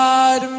God